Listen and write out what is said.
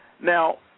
Now